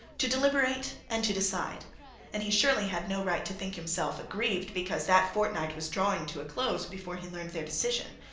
to deliberate, and to decide and he surely had no right to think himself aggrieved because that fortnight was drawing to a close before he learned their decision.